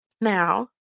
Now